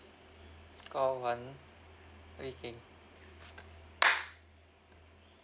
call one banking